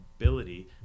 ability